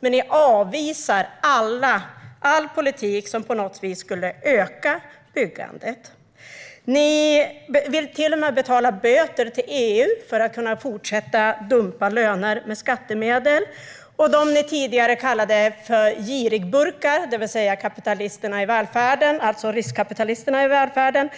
Men ni avvisar all politik som på något sätt skulle öka byggandet. Ni vill till och med betala böter till EU för att kunna fortsätta dumpa löner med skattemedel. Och de som ni tidigare kallade för girigbukar, det vill säga riskkapitalisterna i välfärden,